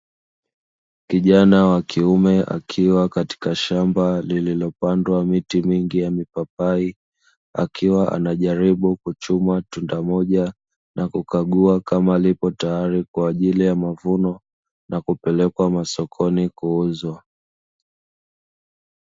Kijana wa kiume akiwa katika shamba lililopandwa miti mingi ya mipapai; akiwa anajaribu kuchuma tunda moja na kukagua kama lipo tayari kwa ajili ya mavuno na kupelekwa masokoni kuuzwa.